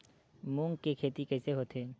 मूंग के खेती कइसे होथे?